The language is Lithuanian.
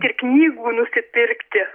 ir knygų nusipirkti